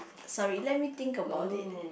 sorry let me think about it